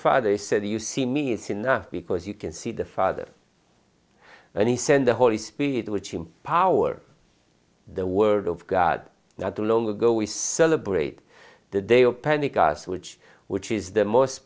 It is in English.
father said you see me is enough because you can see the father and he send the holy spirit which empower the word of god not too long ago we celebrate the day of panic us which which is the most